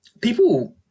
people